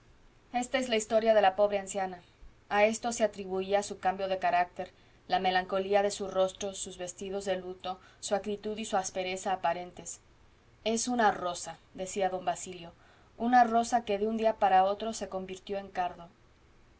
esta es la historia de la pobre anciana a esto se atribuía su cambio de carácter la melancolía de su rostro sus vestidos de luto su acritud y su aspereza aparentes es una rosa decía don basilio una rosa que de un día para otro se convirtió en cardo